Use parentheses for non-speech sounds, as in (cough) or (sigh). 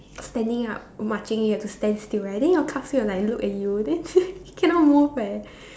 standing up marching you have to stand still right then your classmate will like look at you then (laughs) cannot move eh